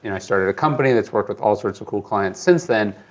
and i started a company that's worked with all sorts of cool clients since then.